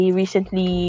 recently